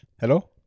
Hello